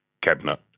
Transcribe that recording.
cabinet